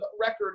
record